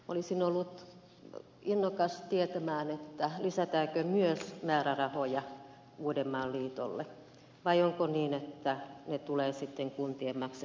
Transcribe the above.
olisin ollut innokas tietämään lisätäänkö myös määrärahoja uudenmaan liitolle vai onko niin että nämä lisäkustannukset tulevat sitten kuntien maksettaviksi